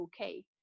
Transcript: okay